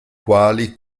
quali